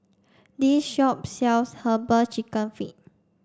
this shop sells herbal chicken feet